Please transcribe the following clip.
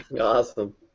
Awesome